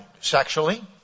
sexually